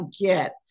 get